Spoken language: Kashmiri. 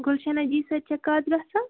گُلشَنا جی سۭتۍ چھا کَتھ گَژھان